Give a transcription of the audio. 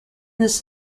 this